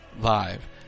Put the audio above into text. Live